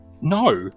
No